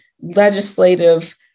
legislative